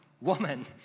woman